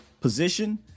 position